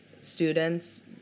students